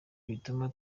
bituma